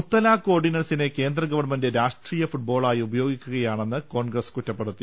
മുത്തലാഖ് ഓർഡിനൻസിനെ കേന്ദ്ര ഗവൺമെന്റ് രാഷ്ട്രീയ ഫുട്ബോളായി ഉപയോഗിക്കുകയാണെന്ന് കോൺഗ്രസ് കൂറ്റപ്പെടുത്തി